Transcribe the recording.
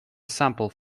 sample